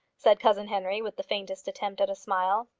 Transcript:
said cousin henry, with the faintest attempt at a smile.